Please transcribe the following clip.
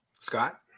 Scott